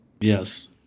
Yes